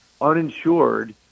uninsured